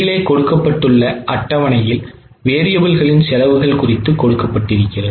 கீழே கொடுக்கப்பட்டுள்ள அட்டவணையில் variableகளின் செலவுகள் குறித்து கொடுக்கப்பட்டிருக்கிறது